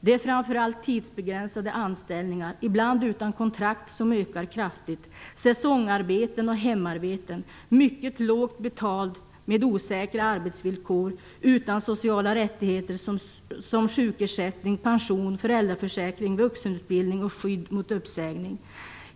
Det är framför allt tidsbegränsade anställningar, ibland utan kontrakt, som ökar kraftigt, säsongarbeten och hemarbeten, mycket lågt betalda, med osäkra arbetsvillkor och utan sociala rättigheter som sjukersättning, pension, föräldraförsäkring, vuxenutbildning och skydd mot uppsägning.